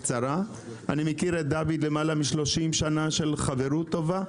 אני מכיר את דוד למעלה מ-30 שנה של חברות טובה.